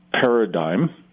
Paradigm